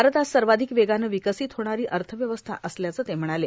भारत आज सर्वाधिक वेगाने विकसित होणारी अर्थव्यवस्था असल्याचे ते म्हणाले